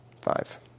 Five